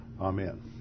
Amen